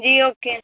جی okay